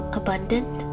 abundant